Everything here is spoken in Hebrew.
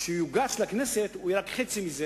כשהוא יוגש לכנסת הוא יהיה רק חצי מזה,